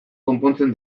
konpontzen